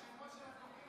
מעניין שהשמות של הדוברים,